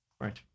Right